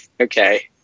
okay